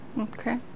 okay